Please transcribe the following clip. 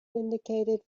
syndicated